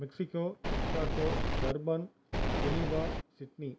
Mexico Chicago Durban Geneva Sydney